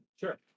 sure